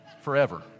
forever